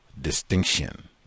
distinction